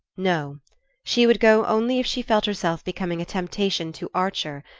no she would go only if she felt herself becoming a temptation to archer,